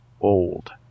old